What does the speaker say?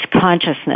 consciousness